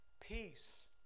peace